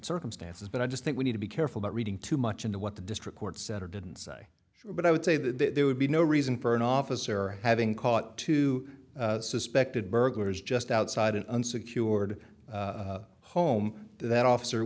circumstances but i just think we need to be careful about reading too much into what the district court said or didn't say but i would say that there would be no reason for an officer having caught two suspected burglars just outside an unsecured home that officer